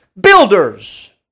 builders